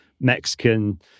Mexican